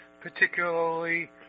particularly